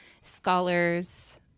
scholars